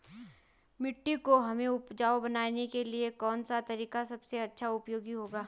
मिट्टी को हमें उपजाऊ बनाने के लिए कौन सा तरीका सबसे अच्छा उपयोगी होगा?